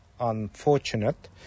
unfortunate